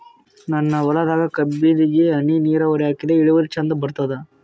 ನನ್ನ ಹೊಲದಾಗ ಕಬ್ಬಿಗಿ ಹನಿ ನಿರಾವರಿಹಾಕಿದೆ ಇಳುವರಿ ಚಂದ ಬರತ್ತಾದ?